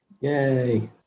Yay